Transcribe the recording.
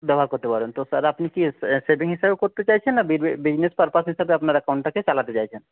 ব্যবহার করতে পারেন তো স্যার আপনি কি সেভিং হিসাবে করতে চাইছেন না বিজনেস পারপাস হিসাবে আপনার অ্যাকাউন্টটাকে চালাতে চাইছেন